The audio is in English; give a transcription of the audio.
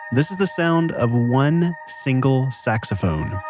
this is the sound of one, single, saxophone.